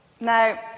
Now